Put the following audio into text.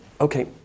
okay